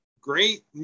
great